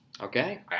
Okay